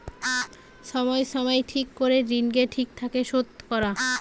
সময় সময় ঠিক করে ঋণকে ঠিক থাকে শোধ করা